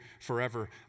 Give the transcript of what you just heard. forever